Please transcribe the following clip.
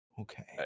Okay